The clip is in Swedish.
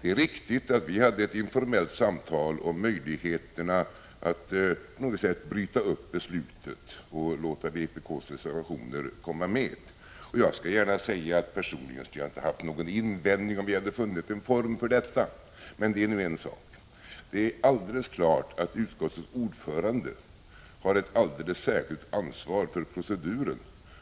Det är riktigt att vi hade ett informellt samtal om möjligheterna att på något sätt bryta upp beslutet och låta vpk:s reservationer komma med. Jag skall gärna säga att jag personligen inte skulle ha haft någon invändning, om vi hade funnit en form för detta. Men det är en sak. Det är helt klart att utskottets ordförande har ett alldeles särskilt ansvar för proceduren